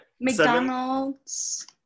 McDonald's